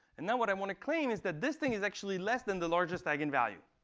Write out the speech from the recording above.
and now what i want to claim is that this thing is actually less than the largest eigenvalue,